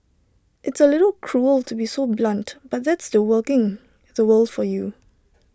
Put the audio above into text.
it's A little cruel to be so blunt but that's the working the world for you